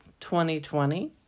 2020